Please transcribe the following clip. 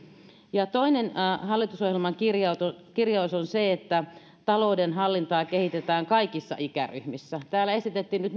toinen hallitusohjelman kirjaus kirjaus on se että talouden hallintaa kehitetään kaikissa ikäryhmissä täällä esitettiin nyt